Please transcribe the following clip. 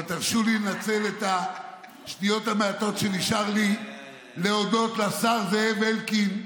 אבל תרשו לי לנצל את השניות המעטות שנשארו לי להודות לשר זאב אלקין,